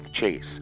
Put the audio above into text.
chase